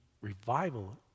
revival